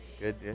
good